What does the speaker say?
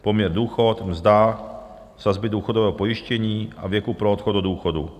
Poměr důchod, mzda, sazby důchodového pojištění a věku pro odchod do důchodu.